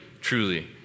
truly